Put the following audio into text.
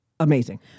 Amazing